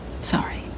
Sorry